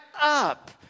up